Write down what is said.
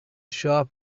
shop